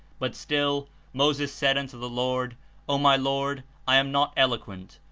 but still moses said unto the lord o my lord, i am not eloquent,